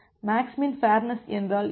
maths min fairness என்றால் என்ன